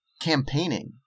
campaigning